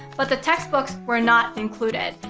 but the textbooks were not included.